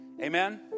Amen